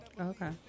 Okay